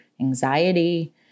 anxiety